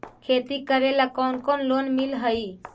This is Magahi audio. खेती करेला कौन कौन लोन मिल हइ?